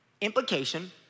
Implication